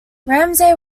ramsay